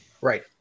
Right